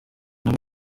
dore